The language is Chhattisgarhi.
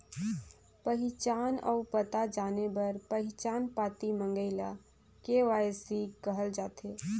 पहिचान अउ पता जाने बर पहिचान पाती मंगई ल के.वाई.सी कहल जाथे